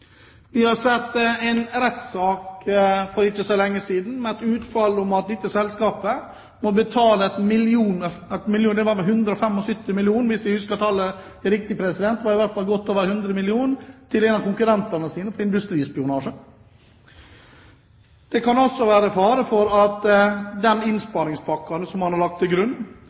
Vi har sett en rettssak for ikke så lenge siden med det utfall at dette selskapet må betale 175 mill. kr – hvis jeg husker tallet riktig, iallfall godt over 100 mill. kr – til en av konkurrentene sine for industrispionasje. Det kan også være fare for at man ikke klarer å oppfylle de innsparingspakkene som man har lagt til grunn,